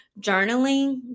journaling